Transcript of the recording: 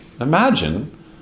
Imagine